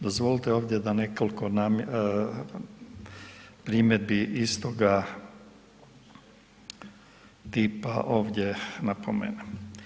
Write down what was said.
Dozvolite ovdje da nekoliko primjedbi iz toga tipa ovdje napomenem.